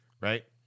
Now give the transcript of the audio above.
right